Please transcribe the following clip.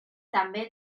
també